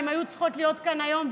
הן היו צריכות להיות כאן היום,